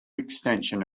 extension